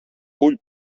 ull